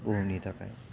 बुहुमनि थाखाय